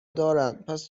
دارن، پس